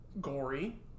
gory